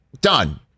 Done